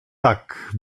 tak